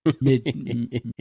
mid